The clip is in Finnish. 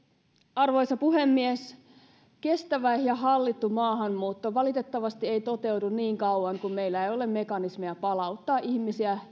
arvoisa puhemies kestävä ja hallittu maahanmuutto valitettavasti ei toteudu niin kauan kuin meillä ei ole mekanismeja palauttaa ihmisiä